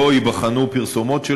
לא ייבחנו פרסומות שלו,